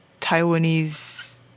Taiwanese